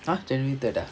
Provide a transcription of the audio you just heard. !huh! twenty third ah